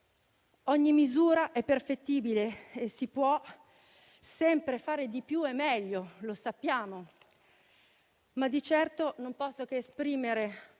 Ogni misura è perfettibile e si può sempre fare di più e meglio, lo sappiamo, ma di certo non posso che esprimere